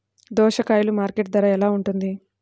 దోసకాయలు మార్కెట్ ధర ఎలా ఉంటుంది?